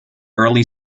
early